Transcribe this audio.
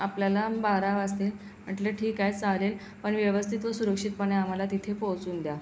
आपल्याला बारा वाजतील म्हटलं ठीक आहे चालेल पण व्यवस्थित व सुरक्षितपणे आम्हाला तिथे पोचवून द्या